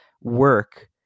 work